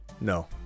No